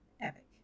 epic